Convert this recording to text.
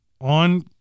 on